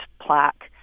plaque